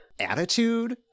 Attitude